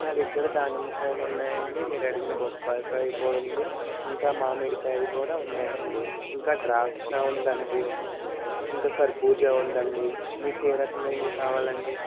మా దగ్గిర దానిమ్మ కాయలు ఉన్నాయండి మీరడిగిన బొప్పాయి కాయి కూడా ఉంది ఇంకా మామిడి కాయలు కూడా ఉన్నాయండి ఇంకా ద్రాక్షా ఉందండి ఇంకా కర్బూజ ఉందండి మీకు ఏ రకమైనవి కావాలండి